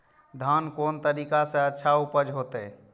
धान कोन तरीका से अच्छा उपज होते?